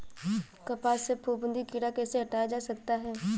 कपास से फफूंदी कीड़ा कैसे हटाया जा सकता है?